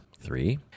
Three